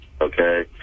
okay